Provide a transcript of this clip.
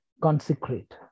consecrate